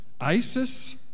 Isis